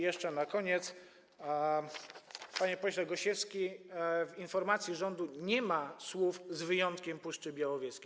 Jeszcze na koniec, panie pośle Gosiewski, w informacji rządu nie ma słów „z wyjątkiem Puszczy Białowieskiej”